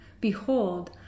Behold